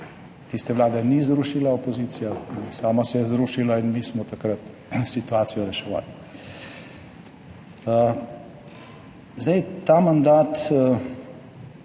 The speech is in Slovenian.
Tiste vlade ni zrušila opozicija, sama se je zrušila in mi smo takrat situacijo reševali. Ta mandat